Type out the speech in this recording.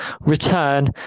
return